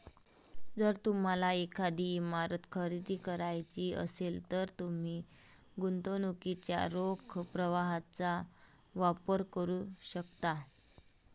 जर तुम्हाला एखादी इमारत खरेदी करायची असेल, तर तुम्ही गुंतवणुकीच्या रोख प्रवाहाचा वापर करू शकता